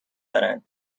دارند